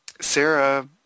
Sarah